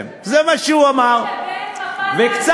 כן,